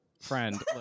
Friend